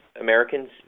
Americans